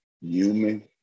human